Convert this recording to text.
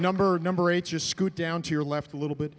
number number eight just go down to your left a little bit